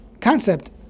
concept